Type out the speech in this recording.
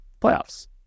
playoffs